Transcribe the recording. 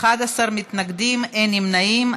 11 מתנגדים, אין נמנעים.